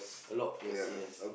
a lot worse yes